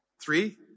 Three